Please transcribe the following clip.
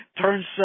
turns